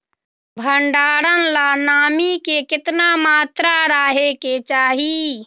भंडारण ला नामी के केतना मात्रा राहेके चाही?